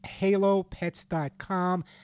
Halopets.com